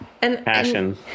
Passion